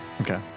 Okay